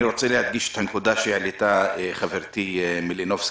אני רוצה להדגיש את הנקודה שהעלתה חברתי מלינובסקי,